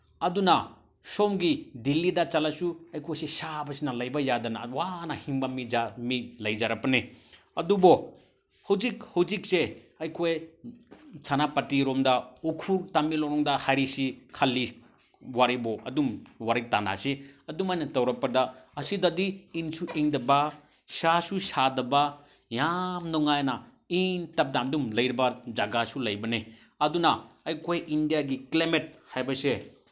ꯑꯗꯨꯅ ꯁꯣꯝꯒꯤ ꯗꯤꯂꯤꯗ ꯆꯠꯂꯁꯨ ꯑꯩꯈꯣꯏꯁꯦ ꯁꯥꯕꯁꯤꯅ ꯂꯩꯕ ꯌꯥꯗꯅ ꯋꯥꯅ ꯍꯤꯡꯕ ꯃꯤ ꯃꯤ ꯂꯩꯖꯔꯕꯅꯤ ꯑꯗꯨꯕꯨ ꯍꯧꯖꯤꯛ ꯍꯧꯖꯤꯛꯁꯦ ꯑꯩꯈꯣꯏ ꯁꯦꯅꯥꯄꯇꯤꯔꯣꯝꯗ ꯎꯈ꯭ꯔꯨꯜ ꯇꯃꯦꯡꯂꯣꯡꯔꯣꯝꯗ ꯍꯥꯏꯔꯤꯁꯤ ꯈꯜꯂꯤ ꯋꯥꯔꯤꯕꯨ ꯑꯗꯨꯝ ꯋꯥꯔꯤ ꯇꯥꯟꯅꯁꯤ ꯑꯗꯨꯃꯥꯏꯅ ꯇꯧꯔꯛꯄꯗ ꯑꯁꯤꯗꯗꯤ ꯏꯪꯁꯨ ꯏꯪꯗꯕ ꯁꯥꯁꯨ ꯁꯥꯗꯕ ꯌꯥꯝ ꯅꯨꯡꯉꯥꯏꯅ ꯏꯪ ꯇꯞꯅ ꯑꯗꯨꯝ ꯂꯩꯔꯕ ꯖꯒꯥꯁꯨ ꯂꯩꯕꯅꯦ ꯑꯗꯨꯅ ꯑꯩꯈꯣꯏ ꯏꯟꯗꯤꯌꯥꯒꯤ ꯀ꯭ꯂꯥꯏꯃꯦꯠ ꯍꯥꯏꯕꯁꯦ